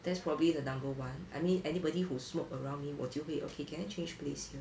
that's probably the number one I mean anybody who smoke around me 我就会 okay can I change place here